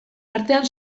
artean